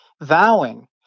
vowing